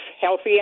healthy